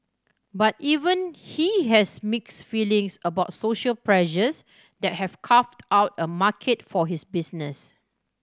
but even he has has mixed feelings about social pressures that have carved out a market for his business